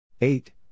Eight